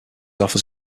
offers